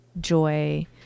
joy